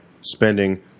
spending